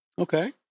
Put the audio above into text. Okay